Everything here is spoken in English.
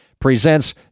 presents